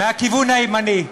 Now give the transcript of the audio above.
מהכיוון הימני.